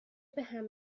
بهم